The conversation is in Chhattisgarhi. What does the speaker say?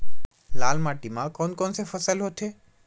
लाल माटी म कोन कौन से फसल होथे?